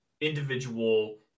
individual